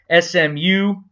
SMU